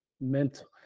mental